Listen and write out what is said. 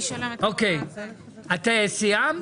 את סיימת?